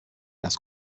las